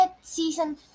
Season